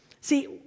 See